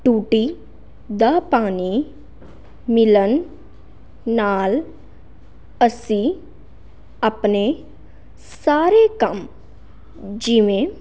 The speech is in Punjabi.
ਟੂਟੀ ਦਾ ਪਾਣੀ ਮਿਲਣ ਨਾਲ ਅਸੀਂ ਆਪਣੇ ਸਾਰੇ ਕੰਮ ਜਿਵੇਂ